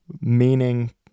meaning